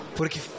Porque